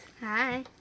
Hi